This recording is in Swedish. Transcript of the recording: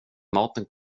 maten